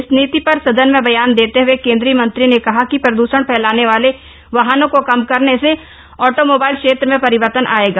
इस नीति पर सदन में बयान देते हए केंद्रीय मंत्री ने कहा कि प्रद्वषण फैलाने वाले वाहनों को कम करने से ऑटो मोबाइल क्षेत्र में परिवर्तन आएगा